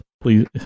please